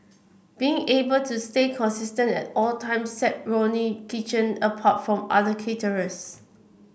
being able to stay consistent at all times set Ronnie Kitchen apart from other caterers